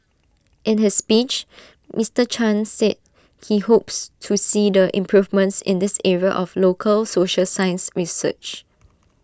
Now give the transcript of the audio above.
in his speech Mister chan said he hopes to see the improvements in this area of local social science research